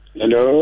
hello